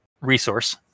resource